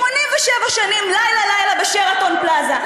87 שנים, לילה-לילה, ב"שרתון פלאזה".